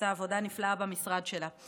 שעשתה עבודה נפלאה במשרד שלה.